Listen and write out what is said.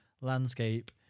landscape